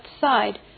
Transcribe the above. side